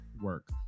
work